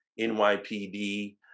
NYPD